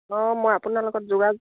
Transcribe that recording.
অঁ মই আপোনাৰ লগত যোগাযোগ